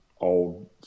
old